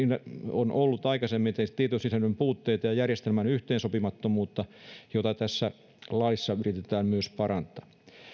on ollut aikaisemmin esimerkiksi tietosisällön puutteita ja järjestelmän yhteensopimattomuutta joita tässä laissa yritetään myös parantaa